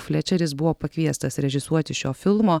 flečeris buvo pakviestas režisuoti šio filmo